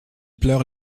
pleure